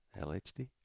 LHD